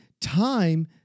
time